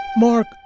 Mark